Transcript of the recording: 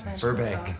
Burbank